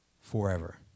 forever